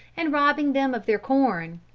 and robbing them of their corn.